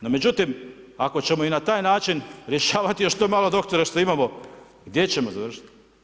No međutim ako ćemo i na taj način rješavati još to malo doktora što imamo gdje ćemo završiti?